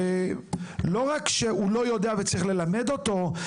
ולא רק שהוא לא יודע וצריך ללמד אותו,